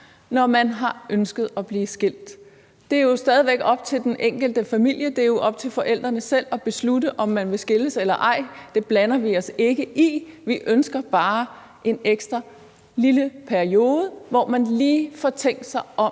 når man har ønsket at blive skilt. Det er jo stadig væk op til den enkelte familie; det er jo op til forældrene selv at beslutte, om man vil skilles eller ej. Det blander vi os ikke i. Vi ønsker bare en ekstra lille periode, hvor man lige får tænkt sig om